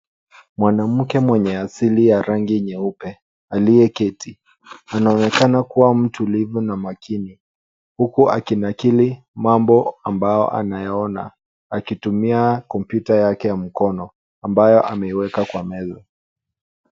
Mwanamke mwenye asili ya rangi nyeupe aliyeketi. Anaonekana kuwa mtulivu na makini huku akinakili mambo ambao anayaona akitumia kompyuta yake ya mkono ambayo ameiweka kwa meza.